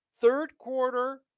third-quarter